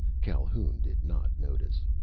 calhoun did not notice.